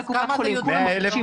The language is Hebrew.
לא לקופת חולים,